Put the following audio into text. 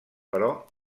però